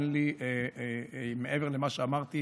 אין לי מעבר למה שאמרתי